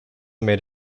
made